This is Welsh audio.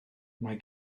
mae